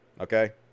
okay